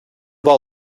ball